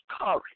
courage